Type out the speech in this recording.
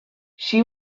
she